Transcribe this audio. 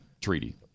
treaty